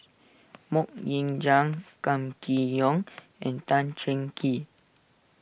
Mok Ying Jang Kam Kee Yong and Tan Cheng Kee